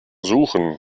suchen